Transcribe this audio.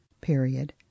period